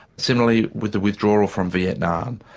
similarly with the withdrawal from vietnam,